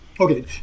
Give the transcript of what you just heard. Okay